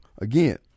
again